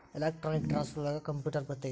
electronic transfer ಒಳಗ computer ಬರತೈತಿ